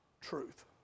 truth